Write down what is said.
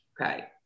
Okay